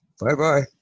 Bye-bye